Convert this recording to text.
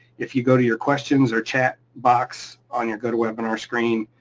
if you go to your questions or chat box on your go to webinar screen,